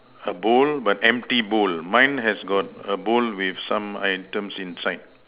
a bowl but empty bowl mine has got a bowl with some items inside